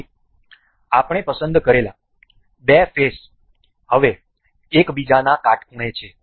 તેથી આપણે પસંદ કરેલા બે ફેસઓ હવે એકબીજાના કાટખૂણે છે